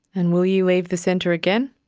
and will you leave the centre again?